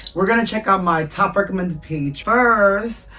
we're gonna check out my top recommended page. first!